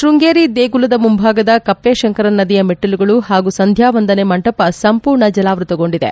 ಶೃಂಗೇರಿ ದೇಗುಲದ ಮುಂಭಾಗದ ಕಪ್ಪೆ ಶಂಕರ ನದಿಯ ಮೆಟ್ಟಲುಗಳು ಹಾಗೂ ಸಂಧ್ಯಾವಂದನೆ ಮಂಟಪ ಸಂಪೂರ್ಣ ಜಲಾವೃತಗೊಂಡಿದೆ